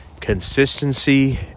Consistency